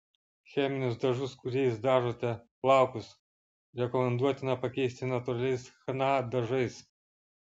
cheminius dažus kuriais dažote plaukus rekomenduotina pakeisti natūraliais chna dažais